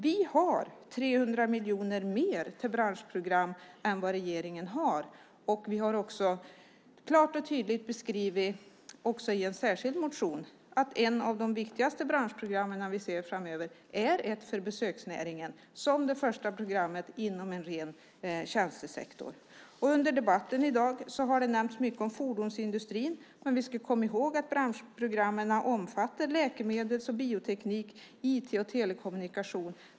Vi har 300 miljoner mer till branschprogram än vad regeringen har, och vi har klart och tydligt beskrivit i en särskild motion att ett av de viktigaste branschprogram vi ser framöver är ett för besöksnäringen som det första programmet inom en ren tjänstesektor. Under debatten i dag har det nämnts mycket om fordonsindustrin, men vi ska komma ihåg att branschprogrammen omfattar läkemedels och bioteknik, IT och telekommunikation.